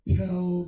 tell